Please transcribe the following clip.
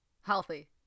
Healthy